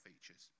features